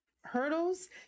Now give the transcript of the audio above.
hurdles